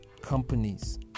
companies